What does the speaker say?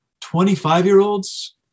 25-year-olds